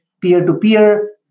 peer-to-peer